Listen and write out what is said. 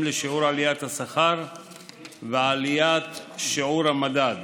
לשיעור עליית השכר ועליית שיעור המדד.